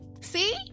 See